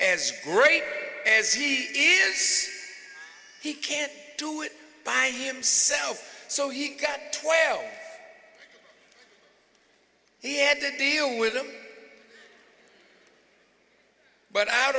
as great as he is he can't do it by himself so he got he had to deal with them but out